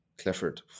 Clifford